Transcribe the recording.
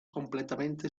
completamente